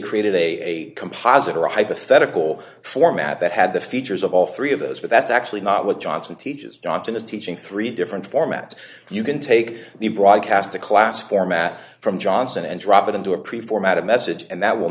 created a composite or a hypothetical format that had the features of all three of those but that's actually not what johnson teaches johnson is teaching three different formats you can take the broadcasting class format from johnson and drop it into a pre formatted message and that will